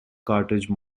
cartridge